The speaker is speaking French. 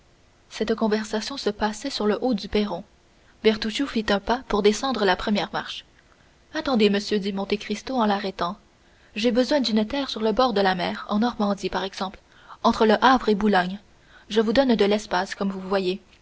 cette conversation se passait sur le haut du perron bertuccio fit un pas pour descendre la première marche attendez monsieur dit monte cristo en l'arrêtant j'ai besoin d'une terre sur le bord de la mer en normandie par exemple entre le havre et boulogne je vous donne de l'espace comme vous voyez